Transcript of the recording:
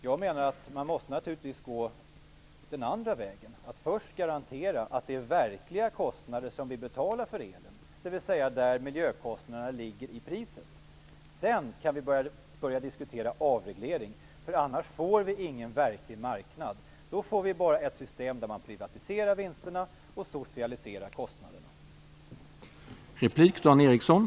Jag menar att man naturligtvis måste gå den andra vägen. Först garanterar man att det är verkliga kostnader som vi betalar för elen, dvs. miljökostnaderna ingår i priset. Sedan kan vi börja diskutera avreglering. Annars får vi ingen verklig marknad. Då får vi bara ett system där man privatiserar vinsterna och socialiserar kostnaderna.